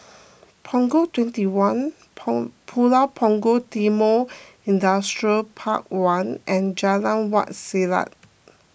Punggol twenty one pun Pulau Punggol Timor Industrial Park one and Jalan Wak Selat